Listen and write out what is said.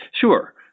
Sure